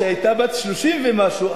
שהיתה בת 30 ומשהו,